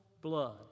blood